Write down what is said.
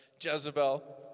Jezebel